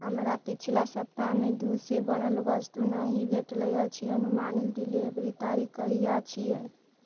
हमरा पिछला सप्ताहमे दूधसँ बनल वस्तु नहि भेटलै अछि अनुमानित डिलीवरी तारीख कहिया छियै